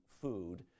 food